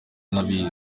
n’abiru